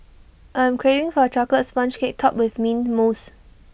I am craving for A Chocolate Sponge Cake Topped with Mint Mousse